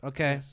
Okay